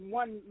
one